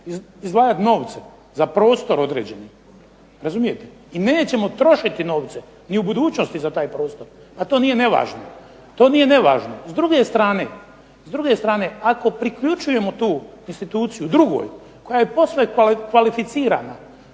izdvajati novce za prostor određeni, razumijete i nećemo trošiti novce ni u budućnosti za taj prostor pa to nije nevažno. To nije nevažno. S druge strane ako priključujemo tu instituciju drugoj koja je posve kvalificirana